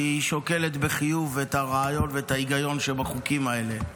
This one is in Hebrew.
כי היא שוקלת בחיוב את הרעיון ואת ההיגיון שבחוקים האלה.